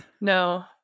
No